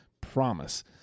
Promise